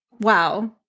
Wow